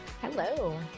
Hello